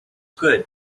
good